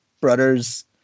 brothers